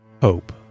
Hope